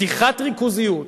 פתיחת ריכוזיות,